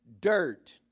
dirt